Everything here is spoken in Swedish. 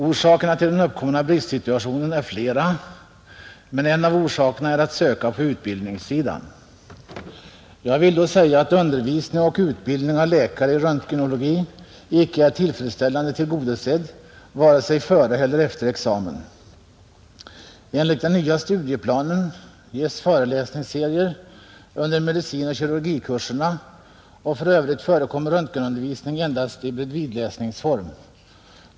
Orsakerna till den uppkomna bristsituationen är flera, men en av dem är att söka på utbildningssidan, Jag vill då säga att undervisning och utbildning av läkare i röntgenologi inte är tillfredsställande tillgodosedd vare sig före eller efter examen. Enligt den nya studieplanen ges föresläsningsserier under medicinoch kirurgikurserna. För övrigt förekommer röntenundervisning endast i ”bredvidläsningsform”.